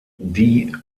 die